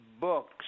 books